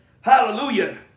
Hallelujah